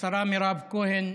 השרה מירב כהן,